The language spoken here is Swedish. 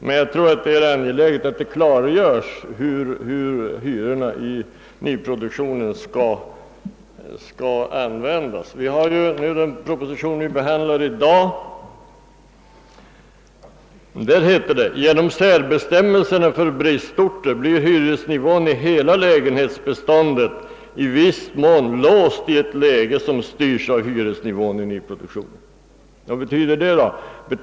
Men jag tror att det är angeläget att det klargörs hur hyrorna i nyproduktionen skall gälla. I den proposition vi behandlar i dag står bl.a. följande: »Genom särbestämmelserna för bristorter blir hyresnivån i hela lägenhetsbeståndet i viss mån låst i ett läge som styrs av hyresnivån i nyproduktionen.» Vad betyder då detta?